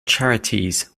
charities